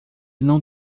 não